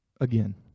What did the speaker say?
again